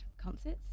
concerts